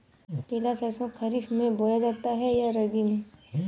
पिला सरसो खरीफ में बोया जाता है या रबी में?